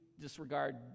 disregard